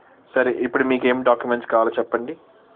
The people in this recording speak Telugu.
సరే ఇప్పుడు మీకేం డాక్యుమెంట్స్ కావాలో చెప్పండి